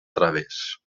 través